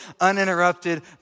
uninterrupted